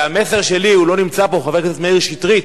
והמסר שלי, הוא לא נמצא פה, חבר הכנסת מאיר שטרית,